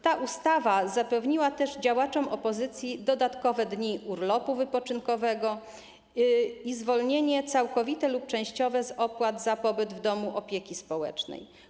Ta ustawa zapewniła też działaczom opozycji dodatkowe dni urlopu wypoczynkowego i zwolnienie całkowite lub częściowe z opłat za pobyt w domu opieki społecznej.